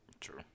True